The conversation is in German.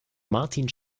martin